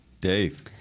Dave